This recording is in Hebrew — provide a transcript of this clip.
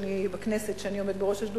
שאני עומדת בראשה,